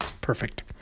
Perfect